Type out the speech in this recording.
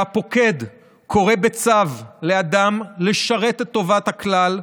כשהפוקד קורא בצו לאדם לשרת את טובת הכלל,